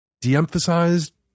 de-emphasized